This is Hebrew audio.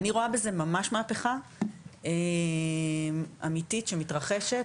אני רואה בזה ממש מהפכה אמיתית שמתרחשת